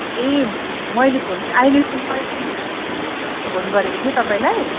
ए मैले फोन अहिले फोन गरेको थिएँ तपाईँलाई